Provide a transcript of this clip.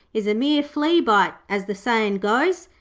is a mere flea-bite, as the sayin' goes.